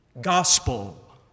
Gospel